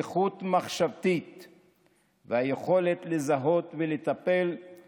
פתיחות מחשבתית והיכולת לזהות את